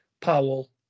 Powell